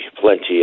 plenty